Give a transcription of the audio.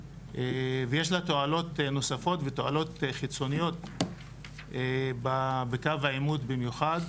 ויש לה תועלות נוספות ותועלות חיצוניות בקו העימות במיוחד.